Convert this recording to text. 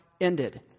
ended